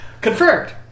confirmed